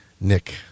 Nick